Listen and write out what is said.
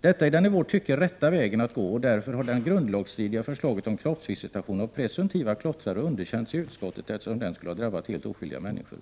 Detta är den i vårt tycke rätta vägen att gå och därför har det grundlagsstridiga förslaget om kroppsvisitationen av ”presumtiva klottare” underkänts i utskottet, eftersom visitationen skulle ha kunnat drabba helt oskyldiga människor.